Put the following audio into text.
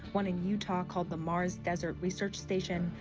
one in utah called the mars desert research station,